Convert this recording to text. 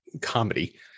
comedy